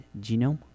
genome